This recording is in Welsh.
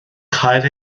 cael